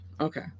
Okay